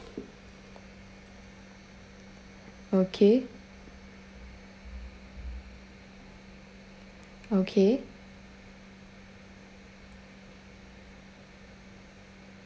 okay okay